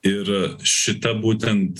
ir šita būtent